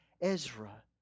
Ezra